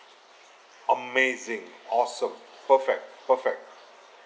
amazing awesome perfect perfect